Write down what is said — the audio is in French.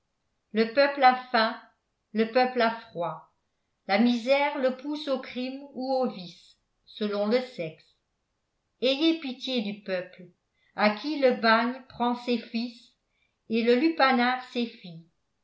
le peuple a faim le peuple a froid la misère le pousse au crime ou au vice selon le sexe ayez pitié du peuple à qui le bagne prend ses fils et le lupanar